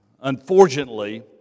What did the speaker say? unfortunately